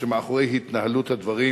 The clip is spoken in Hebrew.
שמאחורי התנהלות הדברים